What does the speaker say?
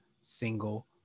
single